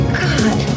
god